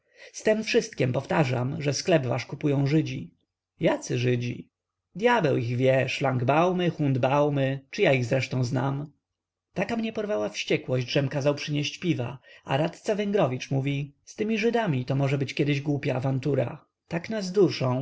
z tem wszystkiem powtarzam że sklep wasz kupują żydzi jacy żydzi dyabeł ich wie szlangbaumy hundbaumy czy ja ich zresztą znam taka mnie porwała wściekłość żem kazał przynieść piwa a radca węgrowicz mówi z tymi żydami to może być kiedyś głupia awantura tak nas duszą